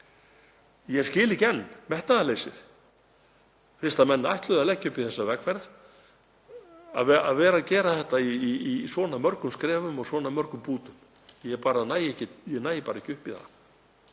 Ég skil ekki enn metnaðarleysið fyrst menn ætluðu að leggja upp í þessa vegferð að gera þetta í svona mörgum skrefum og svona mörgum bútum, ég bara næ ekki upp í það.